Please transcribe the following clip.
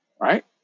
right